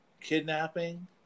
kidnapping